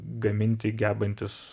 gaminti gebantis